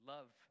Love